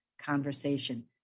conversation